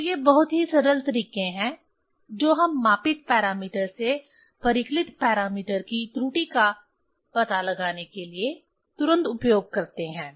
तो ये बहुत ही सरल तरीके हैं जो हम मापित पैरामीटर से परिकलित पैरामीटर की त्रुटि का पता लगाने के लिए तुरंत उपयोग करते हैं